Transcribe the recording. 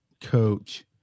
coach